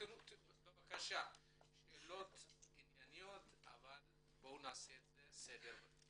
בבקשה, שאלות ענייניות, אבל בואו נעשה סדר.